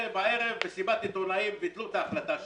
ובערב, מסיבת עיתונאים, ביטלו את ההחלטה שלהם.